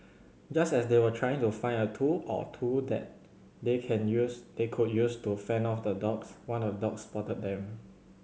just as they were trying to find a tool or two that they can use they could use to fend off the dogs one of the dogs spotted them